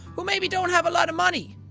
who maybe don't have a lot of money,